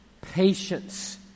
patience